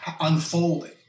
unfolding